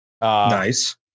Nice